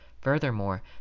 Furthermore